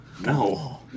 No